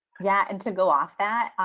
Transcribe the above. yeah and to go off that,